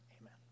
Amen